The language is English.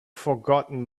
forgotten